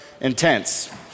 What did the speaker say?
intense